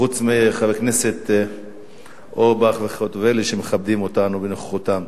חוץ מחברי הכנסת אורבך וחוטובלי שמכבדים אותנו בנוכחותם.